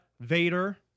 Vader